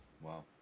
Wow